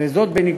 בחוק